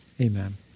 Amen